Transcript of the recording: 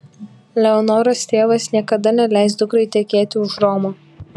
leonoros tėvas niekada neleis dukrai tekėti už romo